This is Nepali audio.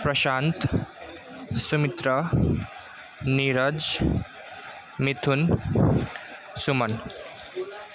प्रशान्त सुमित्र निरज मिथुन सुमन